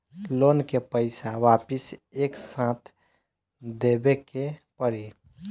Loan का पईसा वापिस एक साथ देबेके पड़ी?